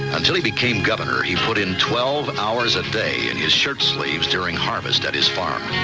until he became governor, he put in twelve hours a day in his shirtsleeves during harvest at his farm.